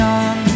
on